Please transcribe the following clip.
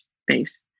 space